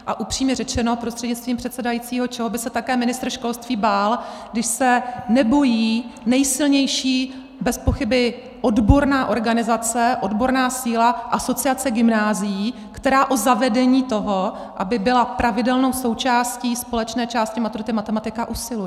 A upřímně řečeno, prostřednictvím předsedajícího, čeho by se také ministr školství bál, když se nebojí nejsilnější bezpochyby odborná organizace, odborná síla Asociace gymnázií, která o zavedení toho, aby byla pravidelnou součástí společné části maturity matematika, usiluje.